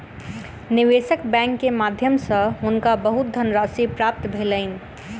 निवेशक बैंक के माध्यम सॅ हुनका बहुत धनराशि प्राप्त भेलैन